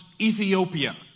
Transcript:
Ethiopia